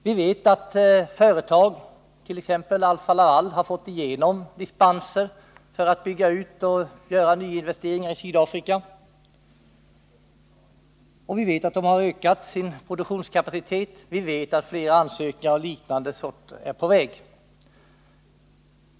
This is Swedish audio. Vi vet att företag, t.ex. Alfa-Laval, har fått dispenser för att bygga ut och göra nyinvesteringar i Sydafrika och att företaget har ökat sin produktionskapacitet. Vi vet också att fler ansökningar av liknande slag är på väg.